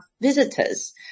visitors